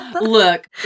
Look